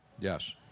Yes